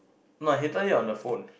no I hated it on the phone